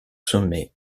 sommet